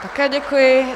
Také děkuji.